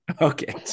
Okay